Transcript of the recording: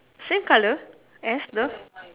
same colour as the